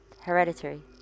hereditary